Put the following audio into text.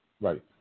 Right